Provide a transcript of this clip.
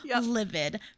livid